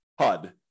HUD